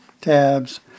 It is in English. tabs